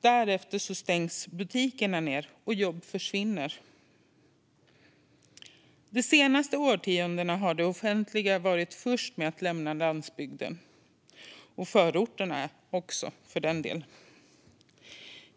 Därefter stängs butikerna, och jobb försvinner. De senaste årtiondena har det offentliga varit först med att lämna landsbygden - och förorterna också, för den delen.